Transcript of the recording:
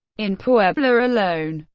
in puebla alone,